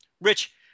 Rich